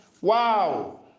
Wow